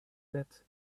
that